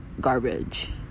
garbage